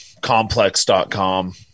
complex.com